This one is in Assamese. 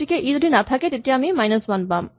গতিকে ই যদি নাথাকে তেতিয়া আমি মাইনাছ ৱান পাম